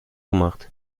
gemacht